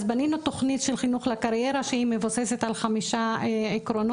אז בנינו תוכנית של חינוך לקריירה שהיא מבוססת על חמישה עקרונות,